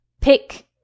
pick